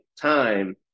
time